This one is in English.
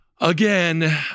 again